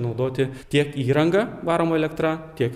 naudoti tiek įrangą varomą elektra tiek